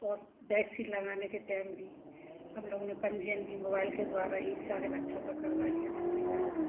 और बैक्सिन लगाने के टेम भी हम लोगों ने पंजीयन भी मोबाइल के द्वारा ही सारे बच्चों का करवा लिया था परिवार का